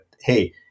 hey